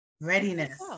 Readiness